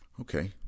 Okay